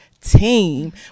team